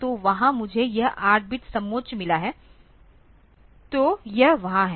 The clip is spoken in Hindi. तो वहाँ मुझे यह 8 बिट समोच्च मिला है तो यह वहां है